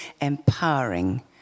empowering